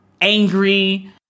angry